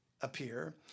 appear